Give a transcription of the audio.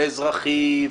לנושא האזרחי,